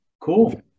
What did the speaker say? Cool